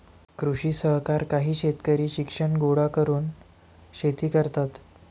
कृषी सहकार काही शेतकरी शिक्षण गोळा करून शेती करतात